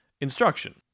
instruction